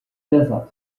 desert